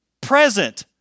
present